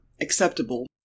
acceptable